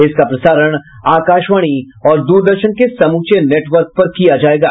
इसका प्रसारण आकाशवाणी और दूरदर्शन के समूचे नेटवर्क पर किया जाएगा